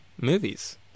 movies